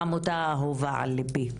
העמותה האהובה על ליבי,